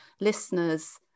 listeners